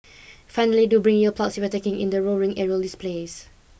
finally do bring ear plugs if you are taking in the roaring aerial displays